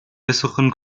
besseren